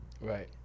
right